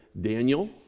Daniel